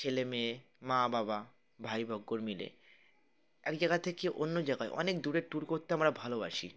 ছেলে মেয়ে মা বাবা ভাই ভক্কর মিলে এক জায়গা থেকে অন্য জায়গায় অনেক দূরেের ট্যুর করতে আমরা ভালোবাসি